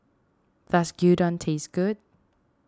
does Gyudon taste good